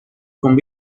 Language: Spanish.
con